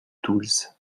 tools